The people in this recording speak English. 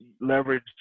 leverage